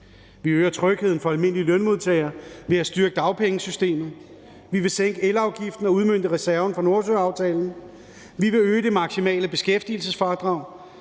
Vi øger trygheden for almindelige lønmodtagere ved at styrke dagpengesystemet. Vi vil sænke elafgiften og udmønte reserven for Nordsøaftalen. Vi vil øge det maksimale beskæftigelsesfradrag,